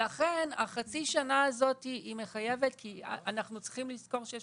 לכן החצי שנה הזאת היא מחייבת כי אנחנו צריכים לזכור שיש